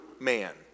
man